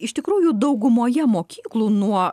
iš tikrųjų daugumoje mokyklų nuo